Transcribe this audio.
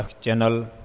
Channel